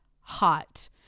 hot